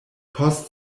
post